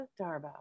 Darbo